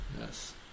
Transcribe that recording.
Yes